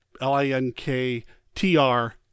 L-I-N-K-T-R